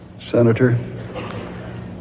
Senator